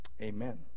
Amen